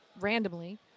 randomly